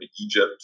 Egypt